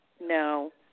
no